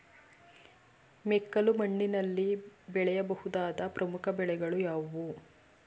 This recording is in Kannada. ಮೆಕ್ಕಲು ಮಣ್ಣಿನಲ್ಲಿ ಬೆಳೆಯ ಬಹುದಾದ ಪ್ರಮುಖ ಬೆಳೆಗಳು ಯಾವುವು?